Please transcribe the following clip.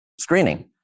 screening